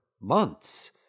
months